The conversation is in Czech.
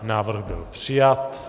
Návrh byl přijat.